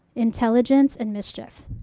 intelligence, and mischief.